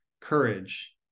courage